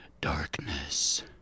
Darkness